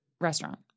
restaurant